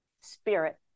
Spirit